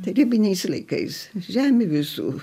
tarybiniais laikais žemė visur